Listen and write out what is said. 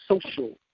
social